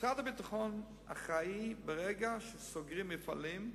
משרד הביטחון אחראי ברגע שסוגרים מפעלים,